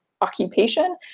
occupation